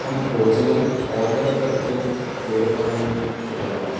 अहं भोजनम् ओर्डर् कर्तुं दूरवाणीं कृतवान्